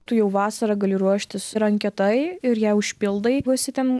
tu jau vasarą gali ruoštis ir anketai ir ją užpildai jeigu esi ten